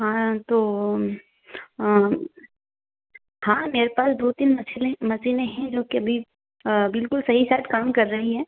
हाँ तो हाँ मेरे पास दो तीन मछिलें मसीने हैं जो कि अभी बिल्कुल सही साट काम कर रही हैं